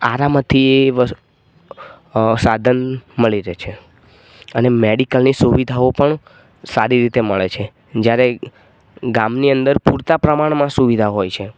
આરામથી સાધન મળી રહે છે અને મેડિકલની સુવિધાઓ પણ સારી રીતે મળે છે જ્યારે ગામની અંદર પૂરતા પ્રમાણમાં સુવિધા હોય છે